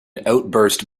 outburst